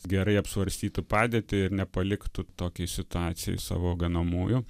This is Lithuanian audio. gerai apsvarstytų padėtį ir nepaliktų tokiai situacijai savo ganomųjų